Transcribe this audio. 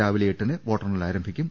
രാവിലെ എട്ടിന് വോട്ടെണ്ണൽ ആരംഭിക്കും